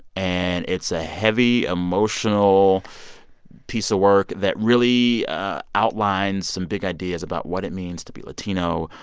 and it's a heavy, emotional piece of work that really outlines some big ideas about what it means to be latino,